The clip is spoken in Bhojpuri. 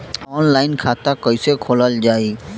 ऑनलाइन खाता कईसे खोलल जाई?